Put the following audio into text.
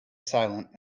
silent